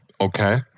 Okay